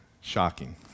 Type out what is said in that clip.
Shocking